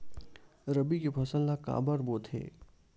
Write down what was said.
रबी के फसल ला काबर बोथे?